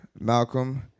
Malcolm